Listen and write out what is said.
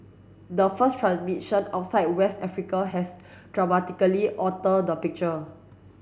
the first transmission outside West Africa has dramatically alter the picture